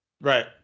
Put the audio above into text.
Right